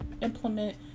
implement